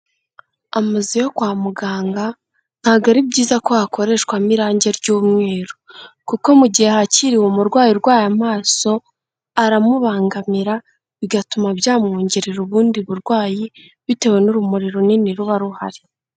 Amazu yo kwa muganga ntago ari byiza ko hakoreshwamo irangi ry'umweru. Kuko mu gihe hakiriwe umurwayi urwaye amaso, aramubangamira bigatuma byamwongerera ubundi burwayi, bitewe n'urumuri runini ruba ruhari.